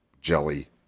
jelly